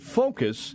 focus